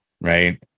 right